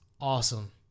awesome